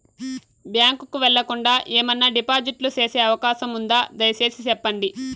Bank కు వెళ్లకుండా, ఏమన్నా డిపాజిట్లు సేసే అవకాశం ఉందా, దయసేసి సెప్పండి?